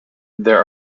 there